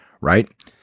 Right